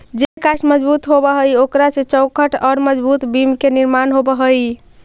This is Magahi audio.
जे काष्ठ मजबूत होवऽ हई, ओकरा से चौखट औउर मजबूत बिम्ब के निर्माण होवऽ हई